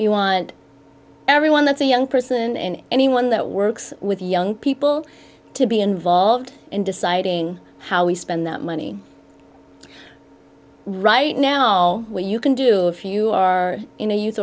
you want everyone that's a young person and anyone that works with young people to be involved in deciding how we spend that money right now when you can do if you are in a youth